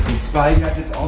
spy gadgets, all